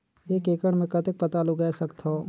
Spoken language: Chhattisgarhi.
एक एकड़ मे कतेक पताल उगाय सकथव?